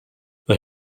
they